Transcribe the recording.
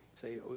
Say